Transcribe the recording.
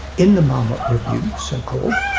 in the marmot review, so-called,